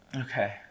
Okay